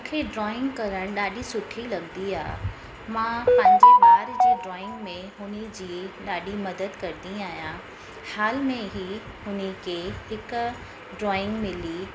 मुखे ड्रॉइंग करणु ॾाढी सुठी लॻंदी आहे मां पंहिंजे ॿार जी ड्रॉइंग में हुन जी ॾाढी मदद कंदी आहियां हाल में ई हुन खे हिकु ड्रॉइंग मिली